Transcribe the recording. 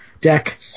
deck